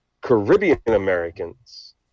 Caribbean-Americans